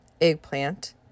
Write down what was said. Eggplant